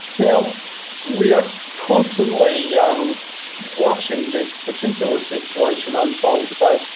you know we are constantly watching this particular situation unfold. so,